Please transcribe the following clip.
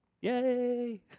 Yay